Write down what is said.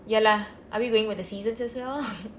ya lah are we going with the seasons as well